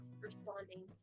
responding